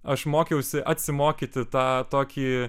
aš mokiausi atsimokyti tą tokį